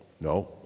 no